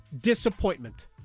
disappointment